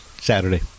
Saturday